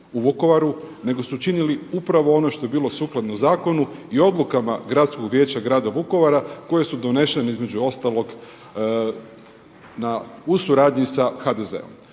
u Vukovaru nego su učinili upravo ono što je bilo sukladno zakonu i odlukama Gradskog vijeća grada Vukovara koje su donešene između ostalog u suradnji sa HDZ-om.